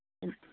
ꯎꯝ